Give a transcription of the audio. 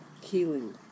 healing